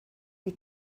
die